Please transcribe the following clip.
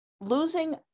losing